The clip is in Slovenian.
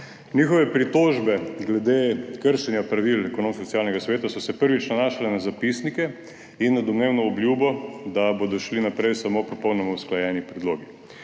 Njihove pritožbe glede kršenja pravil Ekonomsko-socialnega sveta so se prvič nanašale na zapisnike in na domnevno obljubo, da bodo šli naprej samo popolnoma usklajeni predlogi.